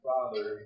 Father